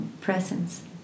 presence